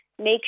make